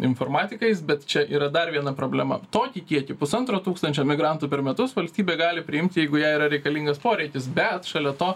informatikais bet čia yra dar viena problema tokį kiekį pusantro tūkstančio migrantų per metus valstybė gali priimt jeigu jai yra reikalingas poreikis bet šalia to